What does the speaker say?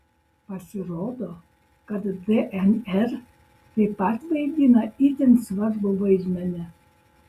pasirodo kad dnr taip pat vaidina itin svarbų vaidmenį